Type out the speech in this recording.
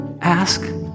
Ask